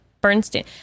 Bernstein